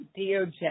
DOJ